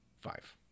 Five